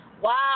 Wow